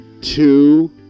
two